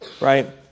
right